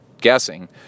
guessing